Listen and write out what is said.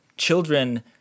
children